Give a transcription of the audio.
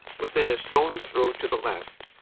within a stone s throw to the left,